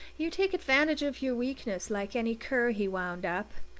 you take advantage of your weakness, like any cur, he wound up.